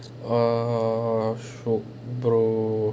err should brother